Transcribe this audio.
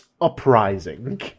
Uprising